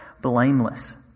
Blameless